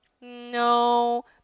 No